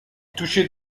touchait